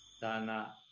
Dana